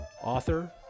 Author